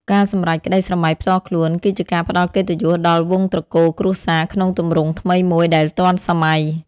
ការសម្រេចក្តីស្រមៃផ្ទាល់ខ្លួន គឺជាការផ្តល់កិត្តិយសដល់វង្សត្រកូលគ្រួសារក្នុងទម្រង់ថ្មីមួយដែលទាន់សម័យ។